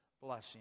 blessing